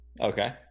okay